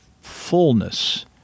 fullness